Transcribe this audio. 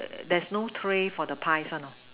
there's no tray for the pies one you know